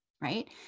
right